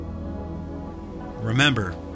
remember